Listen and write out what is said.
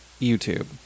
YouTube